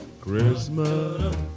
Christmas